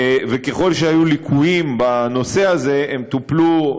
ככל שהיו ליקויים בנושא הזה, הם טופלו.